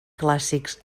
clàssics